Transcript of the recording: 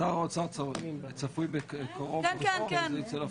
שר האוצר צפוי בקרוב לחתום וזה ייצא לפועל?